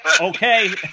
okay